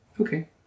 Okay